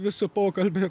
visi pokalbiai